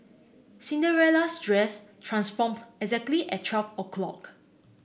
Cinderella's dress transformed exactly at twelve o'clock